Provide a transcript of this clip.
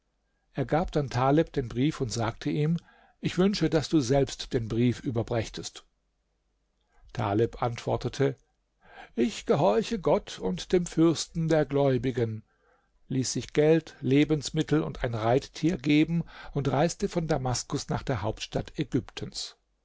er gab dann taleb den brief und sagte ihm ich wünsche daß du selbst den brief überbrächtest taleb antwortete ich gehorche gott und dem fürsten der gläubigen ließ sich geld lebensmittel und ein reittier geben und reiste von damaskus nach der hauptstadt ägyptens